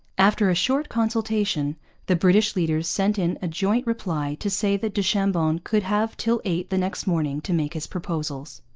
after a short consultation the british leaders sent in a joint reply to say that du chambon could have till eight the next morning to make his proposals.